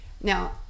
now